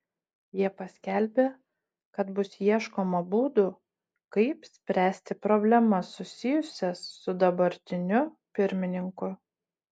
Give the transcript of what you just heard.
jie paskelbė kad bus ieškoma būdų kaip spręsti problemas susijusias su dabartiniu pirmininku